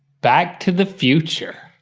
back to the future.